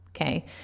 Okay